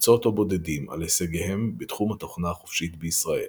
לקבוצות או בודדים על הישגיהם בתחום התוכנה החופשית בישראל.